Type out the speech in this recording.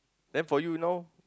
then for you now